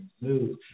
move